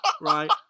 Right